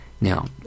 now